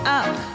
up